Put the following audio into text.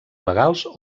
legals